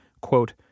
quote